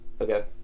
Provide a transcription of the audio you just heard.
okay